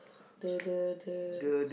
the the the